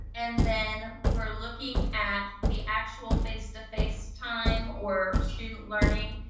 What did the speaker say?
and then we're looking at the actual face to face time or student learning,